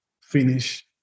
finish